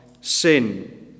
sin